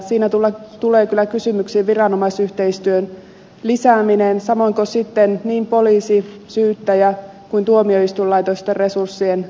siinä tulee kyllä kysymykseen viranomaisyhteistyön lisääminen samoin kuin niin poliisi syyttäjä kuin tuomioistuinlaitosten resurssien vahvistaminen